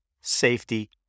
safety